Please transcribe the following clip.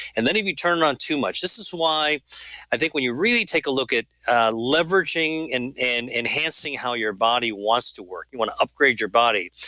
and then if we turn around too much, this is why i think when you really take a look at leveraging and and enhancing how your body wants to work, you want to upgrade your body,